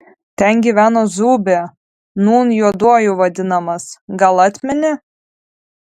ten gyveno zūbė nūn juoduoju vadinamas gal atmeni